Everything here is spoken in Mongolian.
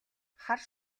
хар